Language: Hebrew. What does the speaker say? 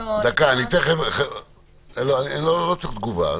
לא צריך תגובה.